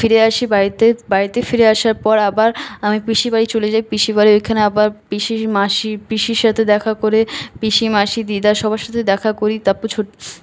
ফিরে আসি বাড়িতে বাড়িতে ফিরে আসার পর আবার আমি পিসির বাড়ি চলে যাই পিসির বাড়ির ওইখানে আবার পিসির মাসির পিসির সাথে দেখা করে পিসি মাসি দিদা সবার সাথে দেখা করি তারপর ছোট